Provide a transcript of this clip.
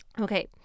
okay